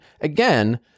Again